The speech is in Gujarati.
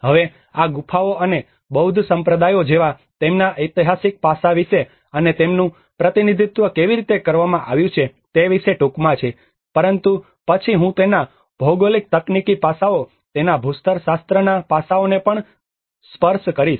હવે આ ગુફાઓ અને બૌદ્ધ સંપ્રદાયો જેવા તેમના એઈતિહાસિક પાસા વિશે અને તેમનું પ્રતિનિધિત્વ કેવી રીતે કરવામાં આવ્યું છે તે વિશે ટૂંકમાં છે પરંતુ પછી હું તેના ભૌગોલિક તકનીકી પાસાઓ તેના ભૂસ્તરશાસ્ત્રના પાસાઓને પણ સ્પર્શ કરીશ